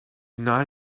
not